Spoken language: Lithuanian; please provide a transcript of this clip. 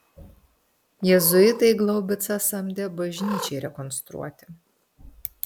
jėzuitai glaubicą samdė bažnyčiai rekonstruoti